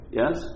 yes